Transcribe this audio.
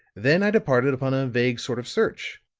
then i departed upon a vague sort of search.